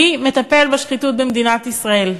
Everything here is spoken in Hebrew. מי מטפל בשחיתות במדינת ישראל.